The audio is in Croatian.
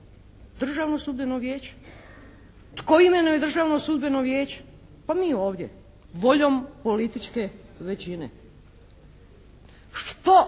Državno sudbeno vijeće. Tko imenuje Državno sudbeno vijeće? Pa mi ovdje voljom političke većine. O